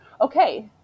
okay